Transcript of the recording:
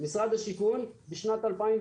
אתם רואים את הכותרת, משרד השיכון בשנת 2001,